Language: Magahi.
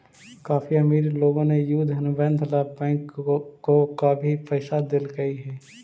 काफी अमीर लोगों ने युद्ध अनुबंध ला बैंक को काफी पैसा देलकइ हे